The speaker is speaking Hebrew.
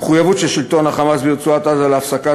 המחויבות של שלטון ה"חמאס" ברצועת-עזה להפסקת